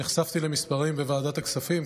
נחשפתי למספרים בוועדת הכספים,